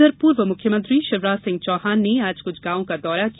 उधर पूर्व मुख्यमंत्री शिवराज सिंह चौहान ने आज कुछ गांवों का दौरा किया